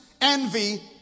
envy